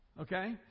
Okay